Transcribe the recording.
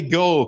go